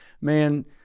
man